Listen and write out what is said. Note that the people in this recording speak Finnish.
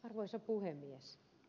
arvoisa puhemies